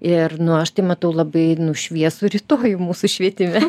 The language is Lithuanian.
ir nu aš matau labai nu šviesų rytojų mūsų švietime